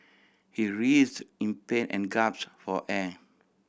he writhed in pain and gasped for air